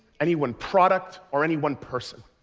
any one product, or any one person.